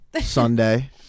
Sunday